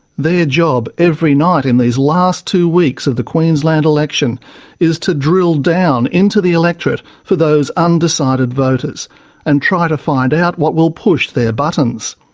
ah job every night in these last two weeks of the queensland election is to drill down into the electorate for those undecided voters and try to find out what will push their buttons.